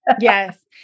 Yes